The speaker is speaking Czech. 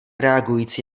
reagující